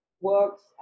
works